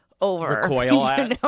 over